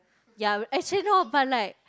ya actually not but like